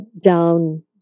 down